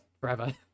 Forever